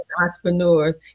entrepreneurs